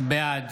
בעד